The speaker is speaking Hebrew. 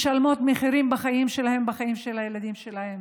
משלמות מחירים בחיים שלהן, בחיים של הילדים שלהן.